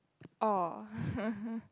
oh hehe